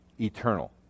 eternal